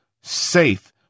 safe